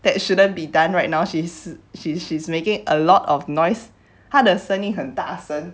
that shouldn't be done right now she's she's she's making a lot of noise 他的声音很大